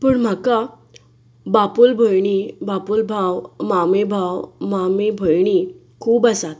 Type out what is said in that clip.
पूण म्हाका बापोल भयणीं बापोल भाव मामे भाव मामे भयणीं खूब आसात